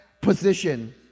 position